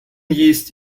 їсть